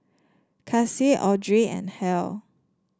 Kaci Audrey and Hal